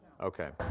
Okay